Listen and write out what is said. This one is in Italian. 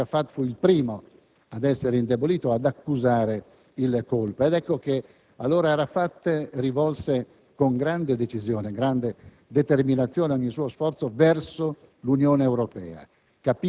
infatti, fu il primo ad essere indebolito e ad accusare il colpo. Allora egli rivolse, con grande decisione e determinazione, ogni suo sforzo verso l'Unione Europea.